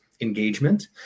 engagement